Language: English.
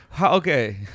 Okay